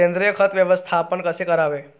सेंद्रिय खत व्यवस्थापन कसे करावे?